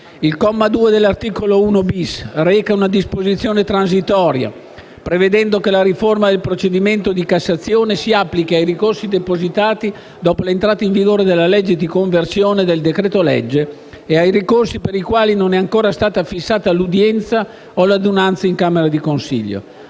Il comma 2 dell'articolo 1-*bis* reca una disposizione transitoria prevedendo che la riforma del procedimento di cassazione si applichi ai ricorsi depositati dopo l'entrata in vigore della legge di conversione del decreto-legge e ai ricorsi per i quali non è stata ancora fissata l'udienza o l'adunanza in camera di consiglio.